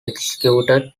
executed